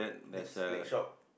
next next shop